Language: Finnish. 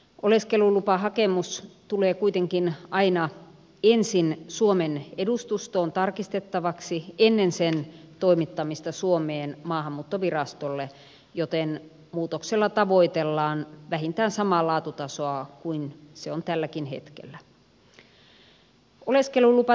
oleskelulupahakemus tulee kuitenkin aina ensin suomen edustustoon tarkistettavaksi ennen sen toimittamista suomeen maahanmuuttovirastolle joten muutoksella tavoitellaan vähintään samaa laatutasoa kuin mitä se on tälläkin hetkellä